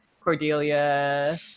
cordelia